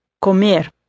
Comer